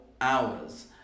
hours